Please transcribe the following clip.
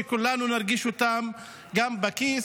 כולנו נרגיש אותן גם בכיס.